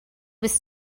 was